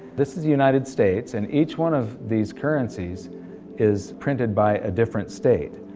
this is the united states and each one of these currencies is printed by a different state,